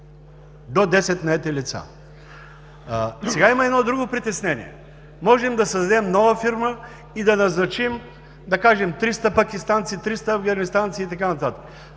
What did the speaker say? до 10 наети лица. Има едно друго притеснение. Можем да създадем нова фирма и да назначим, да кажем, 300 пакистанци, 300 афганистанци и така